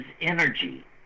energy